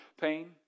pain